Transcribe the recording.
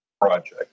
project